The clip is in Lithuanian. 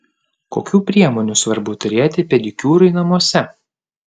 kokių priemonių svarbu turėti pedikiūrui namuose